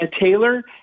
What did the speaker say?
Taylor